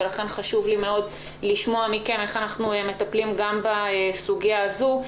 ולכן חשוב לי מאוד לשמוע מכם איך אנחנו מטפלים גם בסוגיה הזו.